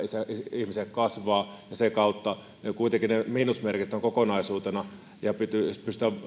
ihmiselle kasvaa ja sen kautta kuitenkin ne miinusmerkit ovat kokonaisuus ja pystytään